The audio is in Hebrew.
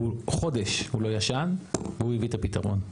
חודש הוא לא ישן והוא הביא את הפתרון.